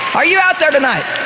are you out there tonight?